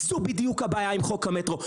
זו בדיוק הבעיה עם חוק המטרו.